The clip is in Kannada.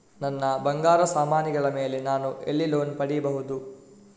ನನ್ನ ಬಂಗಾರ ಸಾಮಾನಿಗಳ ಮೇಲೆ ನಾನು ಎಲ್ಲಿ ಲೋನ್ ಪಡಿಬಹುದು?